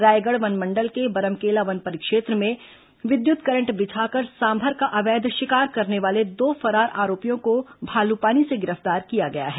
रायगढ़ वनमंडल के बरमकेला वन परिक्षेत्र में विद्युत करंट बिछाकर सांभर का अवैध शिकार करने वाले दो फरार आरोपियों को भालूपानी से गिरफ्तार किया गया है